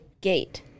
Gate